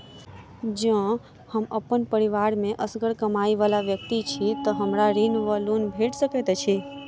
जँ हम अप्पन परिवार मे असगर कमाई वला व्यक्ति छी तऽ हमरा ऋण वा लोन भेट सकैत अछि?